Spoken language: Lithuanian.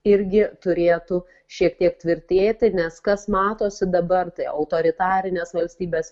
irgi turėtų šiek tiek tvirtėti nes kas matosi dabar tai autoritarinės valstybės